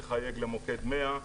תחייג למוקד 100',